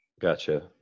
Gotcha